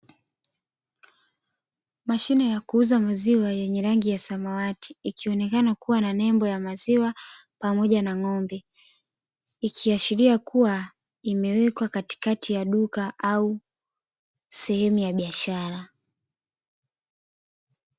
Mashine ya kuuza maziwa yenye rangi ya samawati, ikionekana kuwa na nembo ya maziwa pamoja na ng'ombe. Ikiashiria kuwa imewekwa katikati ya duka au sehemu ya biashara.